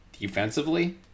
defensively